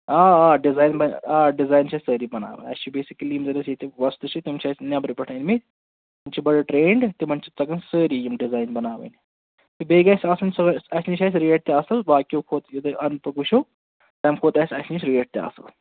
آ آ ڈیزایَن بَنہِ آ ڈِیزایَن چھِ أسۍ سأری بَناوان اَسہِ چھُ بیٚسِکٔلی یِم زَن اَسہِ ییٚتہِ وۅستہٕ چھِ تِم چھِ اَسہِ نیٚبرٕ پیٚٹھ أنۍمِتۍ تِم چھِ بَڈٕ ٹرٛینٛڈ تِمَن چھُ تَگان سٲری یِم ڈیزایَن بَناوٕنۍ تہٕ بیٚیہِ گژھِ آسُن سٲری اَسہِ نِش آسہِ ریٹ تہِ اصٕل باقیو کھۅتہٕ یہِ تُہۍ أنٛددٕ وُِچھَو تَمہِ کھۅتہٕ آسہِ اَسہِ نِش ریٹ تہِ اصٕل